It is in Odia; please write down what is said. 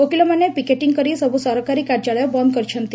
ଓକିଲମାନେ ପିକେଟିଂ କରି ସବୁ ସରକାରୀ କାର୍ଯ୍ୟାଳୟ ବନ୍ଦ କରିଛନ୍ତି